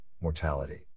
mortality